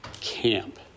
camp